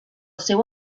seu